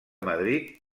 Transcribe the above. madrid